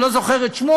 אני לא זוכר את שמו,